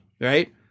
right